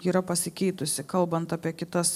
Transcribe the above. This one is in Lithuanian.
yra pasikeitusi kalbant apie kitas